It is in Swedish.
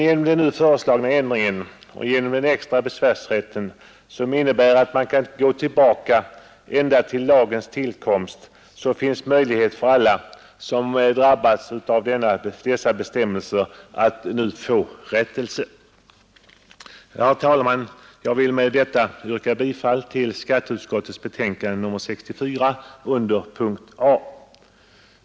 Genom den nu föreslagna ändringen och den extra besvärsrätten, som innebär att man kan gå tillbaka ända till lagens tillkomst, finns möjlighet för alla som drabbas av dessa bestämmelser att nu få rättelse. Jag vill med detta, herr talman, yrka bifall till utskottets hemställan under punkten A.